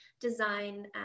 design